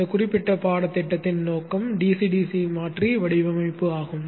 இந்த குறிப்பிட்ட பாடத்திட்டத்தின் நோக்கம் DC DC மாற்றி வடிவமைப்பு ஆகும்